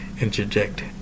interject